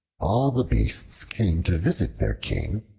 all the beasts came to visit their king,